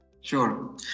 Sure